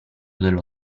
dello